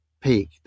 peak